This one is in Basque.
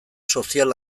sozial